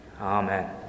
amen